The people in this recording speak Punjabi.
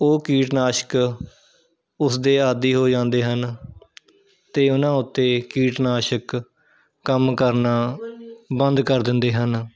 ਉਹ ਕੀਟਨਾਸ਼ਕ ਉਸ ਦੇ ਆਦੀ ਹੋ ਜਾਂਦੇ ਹਨ ਅਤੇ ਉਹਨਾਂ ਉੱਤੇ ਕੀਟਨਾਸ਼ਕ ਕੰਮ ਕਰਨਾ ਬੰਦ ਕਰ ਦਿੰਦੇ ਹਨ